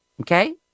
Okay